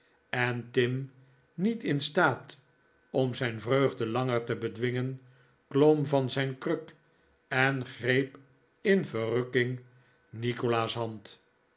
en tim niet in staat om zijn vreugde langer te bedwingen klom van zijn kruk en greep in verrukking nikolaas hand